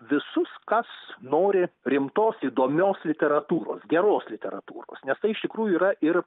visus kas nori rimtos įdomios literatūros geros literatūros nes tai iš tikrųjų yra ir